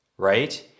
right